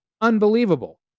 unbelievable